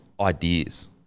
ideas